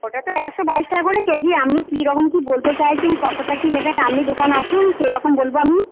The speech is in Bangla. ওটা তো একশো বাইশ টাকা করে কেজি আপনি কীরকম কি বলতে চাইছেন কতটা কি নেবেন আপনি দোকানে আসুন সেরকম বলবো আমি